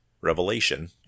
Revelation